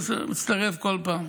מצטרף בכל פעם.